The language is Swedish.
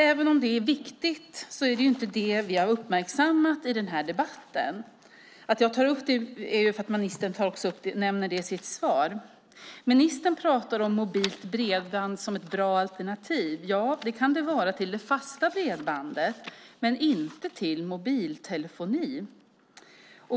Även om det är viktigt är det inte det vi har uppmärksammat i den här debatten. Att jag tar upp det är för att ministern också nämner det i sitt svar. Ministern pratar om mobilt bredband som ett bra alternativ. Ja, det kan det vara till det fasta bredbandet men inte till mobiltelefon.